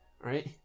right